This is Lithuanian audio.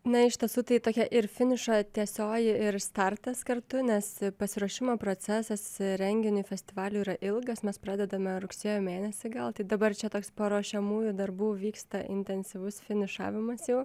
na iš tiesų tai tokia ir finišo tiesioji ir startas kartu nes pasiruošimo procesas renginiui festivaliui yra ilgas mes pradedame rugsėjo mėnesį gal tai dabar čia toks paruošiamųjų darbų vyksta intensyvus finišavimas jau